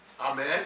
Amen